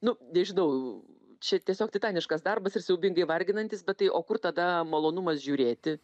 nu nežinau čia tiesiog titaniškas darbas ir siaubingai varginantis bet tai o kur tada malonumas žiūrėti